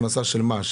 הכנסה של מה?